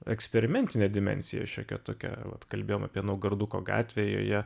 eksperimentinė dimensija šiokia tokia vat kalbėjom apie naugarduko gatvę joje